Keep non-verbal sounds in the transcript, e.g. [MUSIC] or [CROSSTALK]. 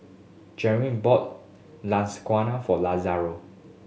[UNINTELLIGIBLE] bought Lasagna for Lazaro